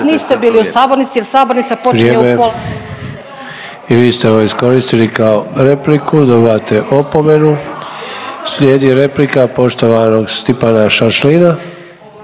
niste bili u sabornici jer sabornica počinje u … **Sanader, Ante (HDZ)** Vrijeme. I vi ste ovo iskoristili kao repliku dobivate opomenu. Slijedi replika poštovanog Stipana Šašlina.